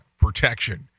protection